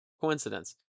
coincidence